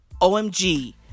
OMG